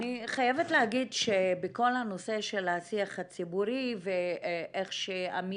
אני חייבת להגיד שבכל הנושא של השיח הציבורי ואיך שה-Me